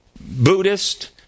Buddhist